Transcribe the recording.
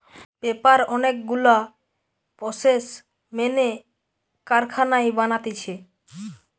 paper অনেক গুলা process মেনে কারখানায় বানাতিছে